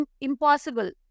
impossible